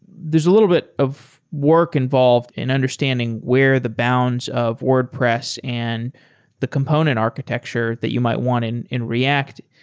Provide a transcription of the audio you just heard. there's a little bit of work involved in understanding where the bounds of wordpress and the component architecture that you might want in in react.